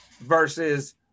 versus